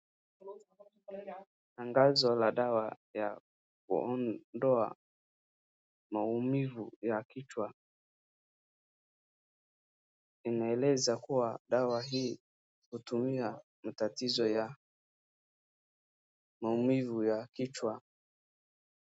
Tangazo la dawa ya kuondoa , maumivu ya kichwa , inaeleza kuwa dawa hii hutumiwa matatizo ya maumivu ya kichwa .